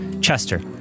Chester